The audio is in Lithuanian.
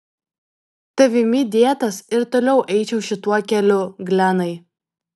tavimi dėtas ir toliau eičiau šituo keliu glenai